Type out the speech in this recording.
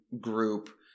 group